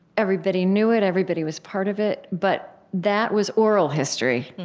everybody knew it. everybody was part of it. but that was oral history,